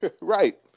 Right